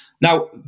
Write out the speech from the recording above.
Now